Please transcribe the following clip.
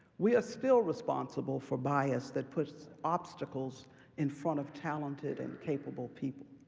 we are still responsible for bias that puts obstacles in front of talented and capable people.